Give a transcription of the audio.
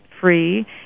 free